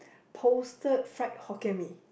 posted fried Hokkien Mee